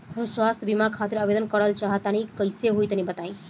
हम स्वास्थ बीमा खातिर आवेदन करल चाह तानि कइसे होई तनि बताईं?